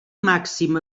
màxim